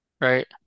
right